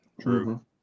True